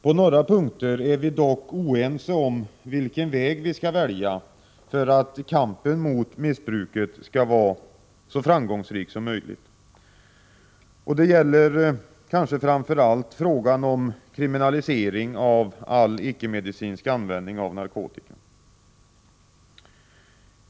På några punkter är vi dock oense om vilken väg vi skall välja för att kampen mot missbruket skall bli så framgångsrik som möjligt, och det gäller kanske framför allt frågan om kriminalisering av all icke-medicinsk användning av narkotika.